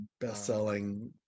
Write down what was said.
best-selling